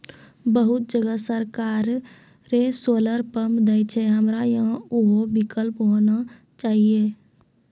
बहुत जगह सरकारे सोलर पम्प देय छैय, हमरा यहाँ उहो विकल्प होना चाहिए?